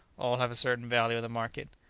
all have a certain value in the market.